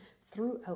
throughout